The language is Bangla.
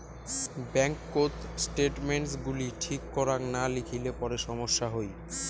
ব্যাঙ্ককোত স্টেটমেন্টস গুলি ঠিক করাং না লিখিলে পরে সমস্যা হই